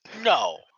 no